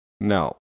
No